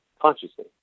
consciously